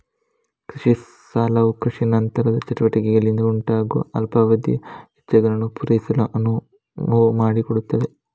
ಕೃಷಿ ಸಾಲವು ಕೃಷಿ ನಂತರದ ಚಟುವಟಿಕೆಗಳಿಂದ ಉಂಟಾಗುವ ಅಲ್ಪಾವಧಿಯ ವೆಚ್ಚಗಳನ್ನು ಪೂರೈಸಲು ಅನುವು ಮಾಡಿಕೊಡುತ್ತದೆ